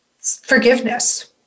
forgiveness